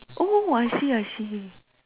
oh I see I see